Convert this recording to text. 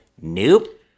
nope